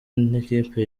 n’ikipe